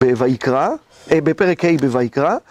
בויקרא, בפרק ה' בויקרא.